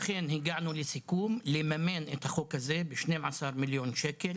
אכן הגענו לסיכום לממן את החוק הזה ב-12 מיליון שקל